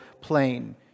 plane